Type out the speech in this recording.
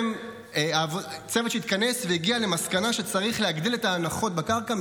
למעשה היה צוות שהתכנס והגיע למסקנה שצריך להגדיל את ההנחות בקרקע,